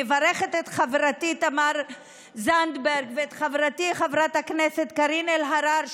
מברכת את חברתי תמר זנדברג ואת חברתי חברת הכנסת קארין אלהרר,